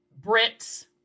Brits